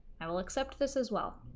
i will accept this as well